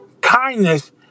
kindness